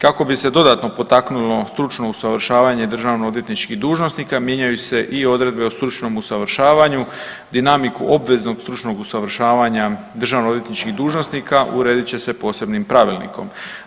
Kako bi se dodatno potaknulo stručno usavršavanje državno odvjetničkih dužnosnika mijenjaju se i odredbe o stručnom usavršavanju, dinamiku obveznog stručnog usavršavanja državno odvjetničkih dužnosnika uredit će se posebnim pravilnikom.